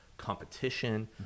competition